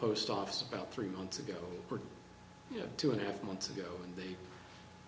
post office about three months ago or two and a half months ago and